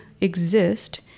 exist